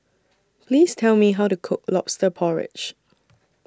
Please Tell Me How to Cook Lobster Porridge